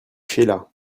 sheila